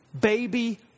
baby